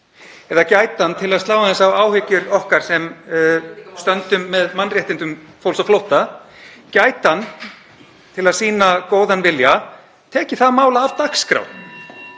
Eða gæti hann, til að slá aðeins á áhyggjur okkar sem stöndum með mannréttindum fólks á flótta, og til að sýna góðan vilja tekið það mál af dagskrá?